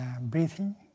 breathing